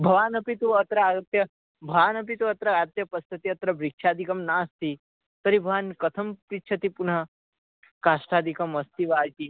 भवानपि तु अत्र आगत्य भवानपि तु अत्र आगत्य पश्यति अत्र वृक्षादिकं नास्ति तर्हि भवान् कथं पृच्छति पुनः काष्ठादिकम् अस्ति वा इति